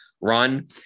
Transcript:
run